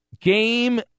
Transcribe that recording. game